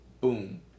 boom